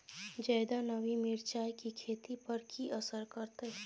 ज्यादा नमी मिर्चाय की खेती पर की असर करते?